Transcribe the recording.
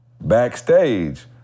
backstage